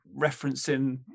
referencing